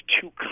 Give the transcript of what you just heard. two